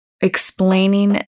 explaining